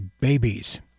babies